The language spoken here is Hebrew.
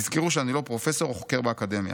"תזכרו שאני לא פרופסור או חוקר באקדמיה,